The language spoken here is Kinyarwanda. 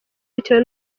bitewe